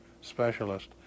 specialist